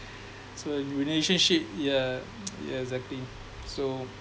so in relationship ya ya exactly so